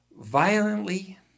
violently